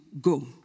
go